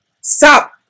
stop